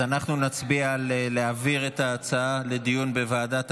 אז אנחנו נצביע להעביר את ההצעה לדיון בוועדת העלייה,